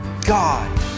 God